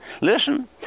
listen